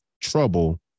trouble